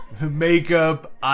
Makeup